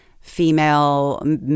female